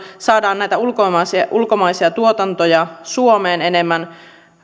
saadaan näitä ulkomaisia tuotantoja suomeen enemmän